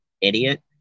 idiot